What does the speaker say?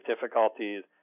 difficulties